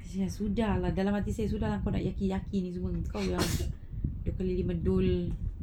sia ni sudah lah dalam tandas sudah kau dah yucky yucky ni semua